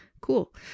Cool